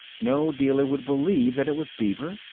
no dealer would believe that it was beaver.